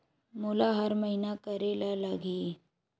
मोला हर महीना करे ल लगही?